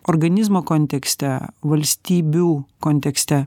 organizmo kontekste valstybių kontekste